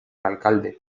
alcalde